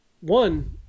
one